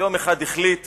ויום אחד החליט